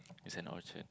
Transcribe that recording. it's an orchard